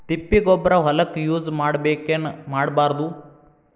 ತಿಪ್ಪಿಗೊಬ್ಬರ ಹೊಲಕ ಯೂಸ್ ಮಾಡಬೇಕೆನ್ ಮಾಡಬಾರದು?